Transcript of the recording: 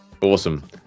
Awesome